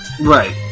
Right